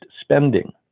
spending